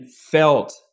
felt